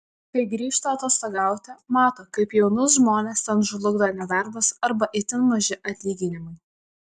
kai grįžta atostogauti mato kaip jaunus žmones ten žlugdo nedarbas arba itin maži atlyginimai